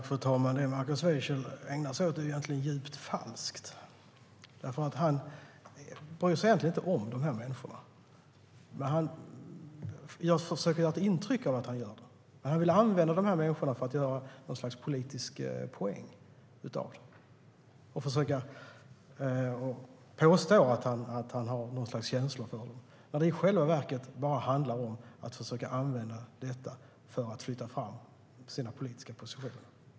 Fru talman! Det som Markus Wiechel ägnar sig åt är djupt falskt. Han bryr sig egentligen inte om dessa människor. Han försöker ge intryck av att han gör det, men han vill använda dem för att göra en politisk poäng. Han påstår att han har något slags känsla för dem när det i själva verket bara handlar om att använda dem för att flytta fram sina politiska positioner.